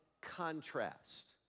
contrast